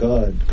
God